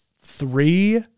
three